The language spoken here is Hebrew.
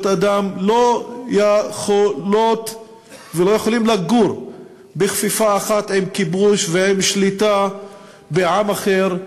אדם לא יכולות לדור בכפיפה אחת עם כיבוש ועם שליטה בעם אחר,